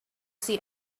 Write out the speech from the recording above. see